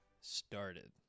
started